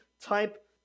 type